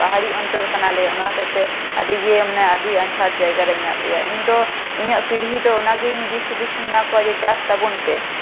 ᱯᱟᱦᱟᱲᱤ ᱚᱧᱪᱚᱞ ᱠᱟᱱᱟᱞᱮ ᱚᱱᱟ ᱦᱚᱛᱮᱡᱛᱮ ᱟᱹᱰᱤ ᱜᱮ ᱢᱟᱱᱮ ᱟᱹᱰᱤ ᱟᱸᱡᱷᱟᱴ ᱡᱟᱭᱜᱟ ᱨᱮ ᱢᱮᱱᱟᱜ ᱞᱮᱭᱟ ᱤᱧ ᱫᱚ ᱤᱧᱟᱜ ᱯᱤᱲᱦᱤ ᱫᱚ ᱚᱱᱟᱜᱤᱧ ᱫᱤᱥ ᱦᱩᱫᱤᱥᱤᱧ ᱮᱢᱟ ᱠᱚᱣᱟ ᱡᱮ ᱪᱟᱥ ᱛᱟᱵᱚᱱ ᱯᱮ